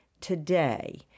today